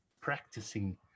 practicing